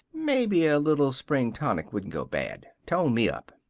maybe a little spring tonic wouldn't go bad. tone me up.